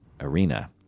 arena